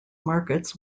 markets